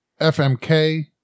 fmk